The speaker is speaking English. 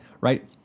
right